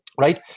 Right